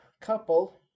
couple